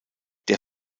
der